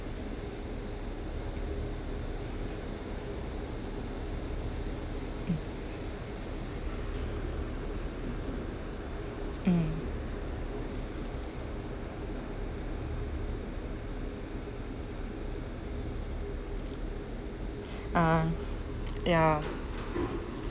mm uh ya